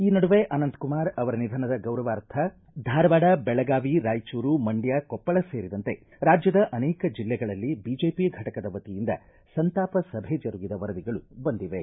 ಈ ನಡುವೆ ಅನಂತಕುಮಾರ್ ಅವರ ನಿಧನದ ಗೌರವಾರ್ಥ ಧಾರವಾಡ ಬೆಳಗಾವಿ ರಾಯಚೂರು ಮಂಡ್ಕ ಕೊಪ್ಪಳ ಸೇರಿದಂತೆ ರಾಜ್ಯದ ಅನೇಕ ಜಿಲ್ಲೆಗಳಲ್ಲಿ ಬಿಜೆಪಿ ಘಟಕದ ವತಿಯಿಂದ ಸಂತಾಪ ಸಭೆ ಜರುಗಿದ ವರದಿಗಳು ಬಂದಿವೆ